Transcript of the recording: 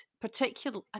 particular